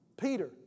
Peter